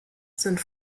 sind